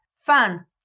fun